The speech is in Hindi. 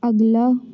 अगला